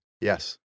Yes